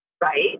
Right